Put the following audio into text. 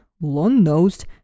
long-nosed